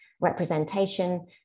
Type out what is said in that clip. representation